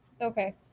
Okay